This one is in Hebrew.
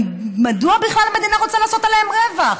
מדוע בכלל המדינה רוצה לעשות עליהם רווח?